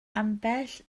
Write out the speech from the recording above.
ambell